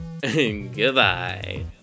Goodbye